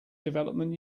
development